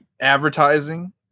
advertising